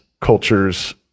cultures